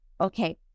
Okay